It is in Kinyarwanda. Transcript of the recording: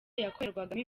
yakorerwagamo